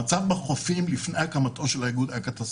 שהמצב בחופים לפני הקמתו של האיגוד היה קטסטרופלי.